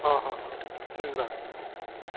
अ ह' ह' सेंग्रा